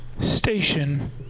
station